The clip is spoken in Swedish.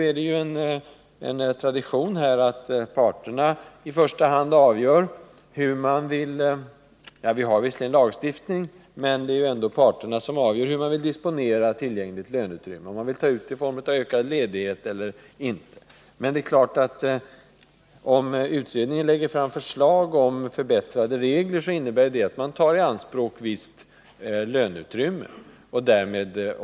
Visserligen finns det en lagstiftning, men det är ju tradition att det är parterna som i första hand avgör hur det tillgängliga löneutrymmet skall disponeras — om man vill ha mer ledighet eller inte. Lägger utredningen fram förslag om en förbättring av reglerna, innebär det att ett visst löneutrymme tas i anspråk.